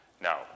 Now